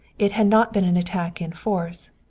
it had not been an attack in force.